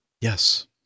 Yes